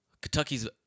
Kentucky's